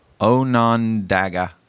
Onondaga